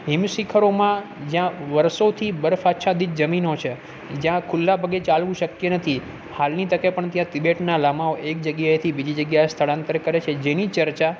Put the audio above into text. હિમ શિખરોમાં જ્યાં વર્ષોથી વરફ આચ્છાદિત જમીનો છે જ્યાં ખુલ્લા પગે ચાલવું શક્ય નથી હાલની તકે પણ ત્યાં તિબેટના લામાઓ એક જગ્યાએથી બીજી જગ્યાએ સ્થળાંતરીત કરે છે જેની ચર્ચા